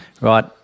right